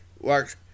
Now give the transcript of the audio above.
works